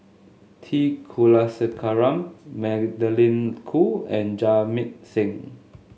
T Kulasekaram Magdalene Khoo and Jamit Singh